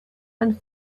and